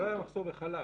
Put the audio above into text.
לא היה מחסור בחלב.